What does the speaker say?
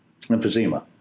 emphysema